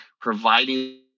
providing